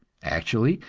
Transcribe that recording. actually,